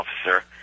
officer